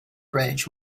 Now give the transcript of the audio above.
bridge